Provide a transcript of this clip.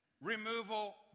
removal